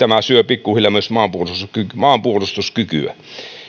syö pikkuhiljaa myös maanpuolustuskykyä